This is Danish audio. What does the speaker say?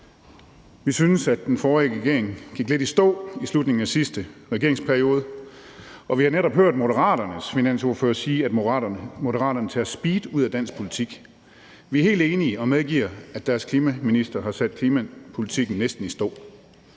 Vi synes, at den forrige regering gik lidt i stå i slutningen af sidste regeringsperiode, og vi har netop hørt Moderaternes finansordfører sige, at Moderaterne tager speed ud af dansk politik. Vi er helt enige og medgiver, at deres klimaminister har sat klimapolitikken næsten i stå.